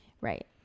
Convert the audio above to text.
Right